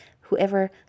whoever